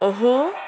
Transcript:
ଏହି